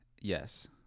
Yes